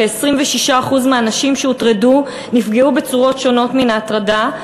כ-26% מהנשים שהוטרדו נפגעו בצורות שונות מן ההטרדה.